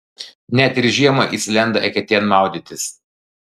net ir žiemą jis lenda eketėn maudytis